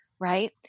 right